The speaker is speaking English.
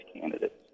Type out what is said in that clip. candidates